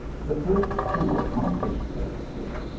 the first two accomplished their escape,